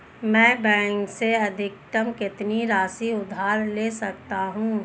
मैं बैंक से अधिकतम कितनी राशि उधार ले सकता हूँ?